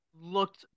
looked